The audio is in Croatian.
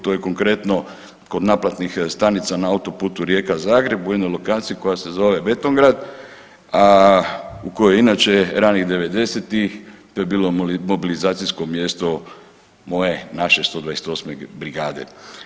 To je konkretno kod naplatnih stanica na autoputu Rijeka – Zagreb u jednoj lokaciji koja se zove Betongrad, a u kojoj je inače ranih devedesetih to je bilo mobilizacijsko mjesto moje, naše 128 brigade.